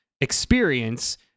experience